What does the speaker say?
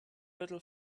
little